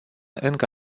încă